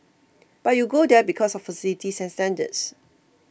but you go there because of facilities and standards